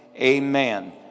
Amen